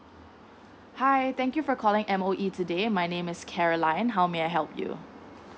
hi thank you for calling M_O_E today my name is caroline how may I help you